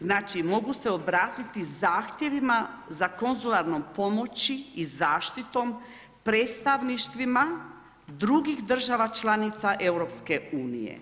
Znači mogu se obratiti zahtjevima za konzularnom pomoći i zaštitom predstavništvima drugih država članica EU.